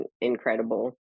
incredible